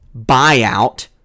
buyout